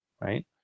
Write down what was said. right